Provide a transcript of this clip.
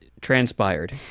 transpired